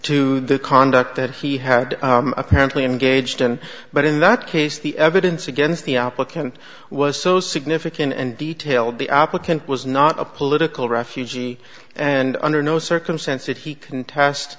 to the conduct that he had apparently engaged in but in that case the evidence against the applicant was so significant and detailed the applicant was not a political refugee and under no circumstance that he